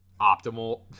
optimal